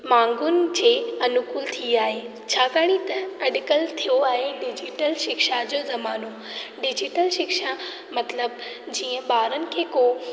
मांगुनि जे अनुकूलु थी आहे छाकाणि त अॼुकल्ह छो आहे डिजीटल शिक्षा जो ज़मानो डिजीटल शिक्षा मतिलबु जीअं ॿारनि खे को